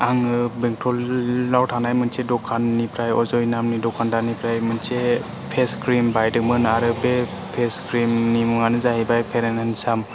आङो बेंटलाव थानाय मोनसे दखाननिफ्राय अजाय नामनि दखानदारनिफ्राय मोनसे फेस क्रिम बायदोंमोन आरो बे फेस क्रिमनि मुङानो जाबाय फेर एन हेन्डसाम